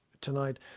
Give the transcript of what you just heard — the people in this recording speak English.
tonight